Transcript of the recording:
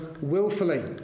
willfully